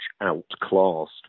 outclassed